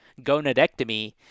Gonadectomy